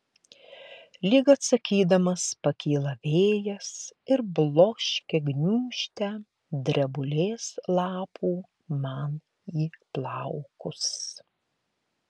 lyg atsakydamas pakyla vėjas ir bloškia gniūžtę drebulės lapų man į plaukus